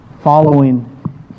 following